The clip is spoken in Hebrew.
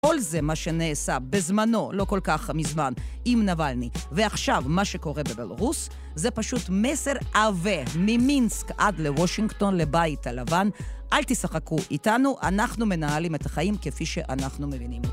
כל זה מה שנעשה בזמנו, לא כל כך מזמן, עם נבלני, ועכשיו מה שקורה בבלארוס, זה פשוט מסר עבה ממינסק עד לוושינגטון, לבית הלבן. אל תשחקו איתנו, אנחנו מנהלים את החיים כפי שאנחנו מבינים.